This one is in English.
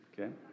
okay